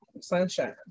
Sunshine